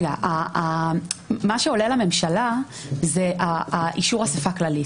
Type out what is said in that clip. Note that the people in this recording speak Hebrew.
מה שעולה לממשלה זה אישור אספה כללית.